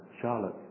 Charlotte